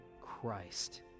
Christ